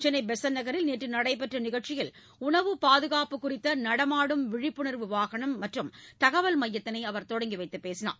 சென்னை பெசன்ட் நகரில் நேற்று நடைபெற்ற நிகழ்ச்சியில் உணவு பாதுகாப்பு குறித்த நடமாடும் விழிப்புணர்வு வாகனம் மற்றும் தகவல் மையத்தினை அவர் தொடங்கி வைத்துப் பேசினார்